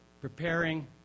preparing